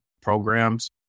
programs